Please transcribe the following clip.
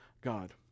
God